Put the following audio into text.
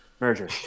Merger